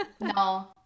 no